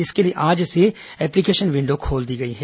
इसके लिए आज से एप्लीकेशन विण्डो खोल दी गई है